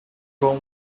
come